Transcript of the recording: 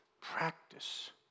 Practice